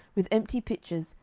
with empty pitchers,